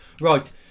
Right